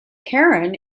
karen